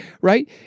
right